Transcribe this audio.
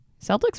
Celtics